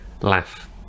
Laugh